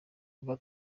kuva